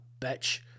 bitch